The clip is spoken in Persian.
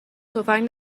تفنگ